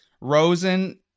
Rosen